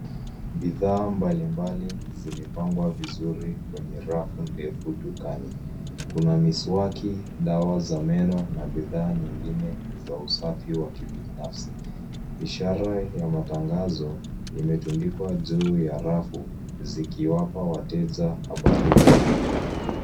Bidhaa mbalimbali zimepangwa vizuri kwenye rafu ndefu dukani. Kuna miswaki, dawa za meno na bidhaa nyingine za usafi wa kibinafsi. Ishara ya matangazo imetundiwa juu ya rafu zikiwapa wateja habari muhimu.